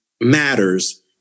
matters